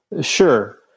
Sure